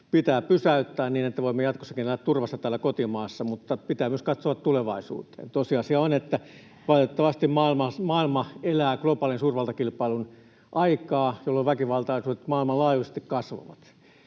pitää pysäyttää niin, että voimme jatkossakin elää turvassa täällä kotimaassa, mutta pitää myös katsoa tulevaisuuteen. Tosiasia on, että valitettavasti maailma elää globaalin suurvaltakilpailun aikaa, jolloin väkivaltaisuudet maailmanlaajuisesti kasvavat.